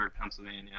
Pennsylvania